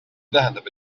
tähendab